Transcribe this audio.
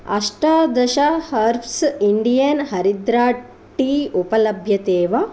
अष्टादश herbs Indian हरिद्रा tea उपलभ्यते वा